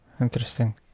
interesting